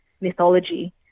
mythology